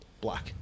Black